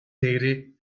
değeri